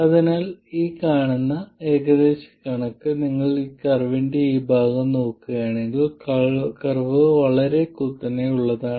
അതിനാൽ നിങ്ങൾ കാണുന്ന അടുത്ത ഏകദേശ കണക്ക് നിങ്ങൾ കർവിന്റെ ഈ ഭാഗം നോക്കുകയാണെങ്കിൽ കർവ് വളരെ കുത്തനെയുള്ളതാണ്